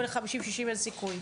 אומר לי 5060 אין סיכוי",